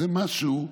זה משהו,